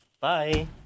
Bye